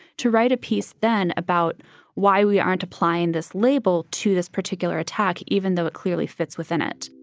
to write a piece then about why we aren't applying this label to this particular attack, even though it clearly fits within it